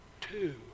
two